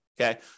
Okay